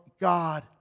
God